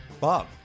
Bob